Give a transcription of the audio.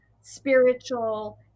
spiritual